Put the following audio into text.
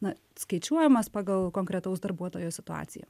na skaičiuojamas pagal konkretaus darbuotojo situaciją